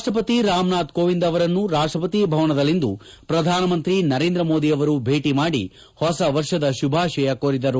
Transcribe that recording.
ರಾಷ್ಟಪತಿ ರಾಮನಾಥ್ ಕೋವಿಂದ್ ಅವರನ್ನು ರಾಷ್ಟಪತಿ ಭವನದಲ್ಲಿಂದು ಪ್ರಧಾನಮಂತ್ರಿ ನರೇಂದ್ರ ಮೋದಿ ಅವರು ಭೇಟಿ ಮಾಡಿ ಪೊಸ ವರ್ಷದ ತುಭಾತಯ ಕೋರಿದರು